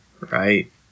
right